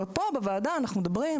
פה בוועדה אנחנו מדברים,